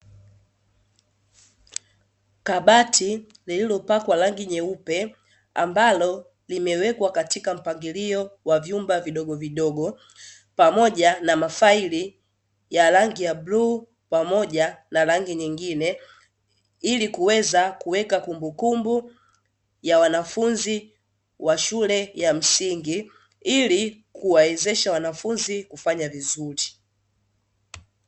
Kabati lililopakwa rangi nyeupe, ambalo limewekwa katika mpangilio wa vyumba vidogovidogo, pamoja na mafaili ya rangi ya bluu pamoja na rangi nyingine, ili kuweza kuweka kumbukumbu ya wanafunzi wa shule ya msingi ili kuwawezesha wanafunzi kufanya vizuri.